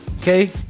Okay